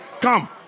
Come